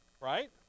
right